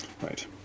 Right